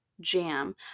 jam